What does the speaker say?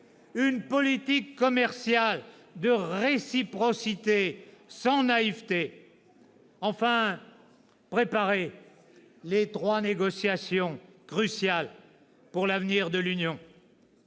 qu'une politique commerciale de réciprocité, sans naïveté. « Troisièmement, préparer les trois négociations cruciales pour l'avenir de l'Union